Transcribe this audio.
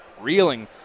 reeling